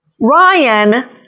Ryan